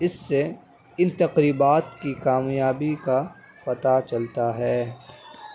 اس سے ان تقریبات کی کامیابی کا پتہ چلتا ہے